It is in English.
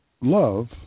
Love